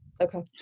Okay